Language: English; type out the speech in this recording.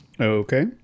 okay